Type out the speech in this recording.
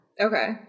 Okay